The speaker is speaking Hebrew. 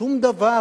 שום דבר,